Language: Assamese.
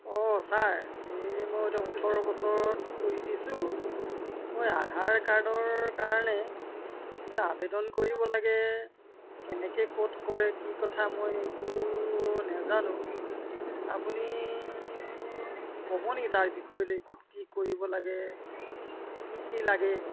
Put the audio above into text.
অঁ ছাৰ এ মোৰ এতিয়া ওঠৰ বছৰত ভৰি দিছোঁ মই আধাৰ কাৰ্ডৰ কাৰণে এটা আবেদন কৰিব লাগে কেনেকৈ ক'ত কৰে কি কথা মই একো নাজানো আপুনি ক'ব নেকি তাৰ বিষয়লৈ ক'ত কি কৰিব লাগে কি কি লাগে